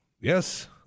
Yes